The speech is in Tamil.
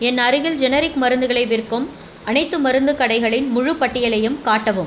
என் அருகில் ஜெனரிக் மருந்துகளை விற்கும் அனைத்து மருந்துக் கடைகளின் முழுப் பட்டியலையும் காட்டவும்